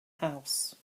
house